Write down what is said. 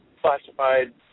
classified